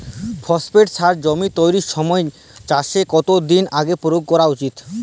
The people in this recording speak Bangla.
ফসফেট সার জমি তৈরির সময় চাষের কত দিন আগে প্রয়োগ করা উচিৎ?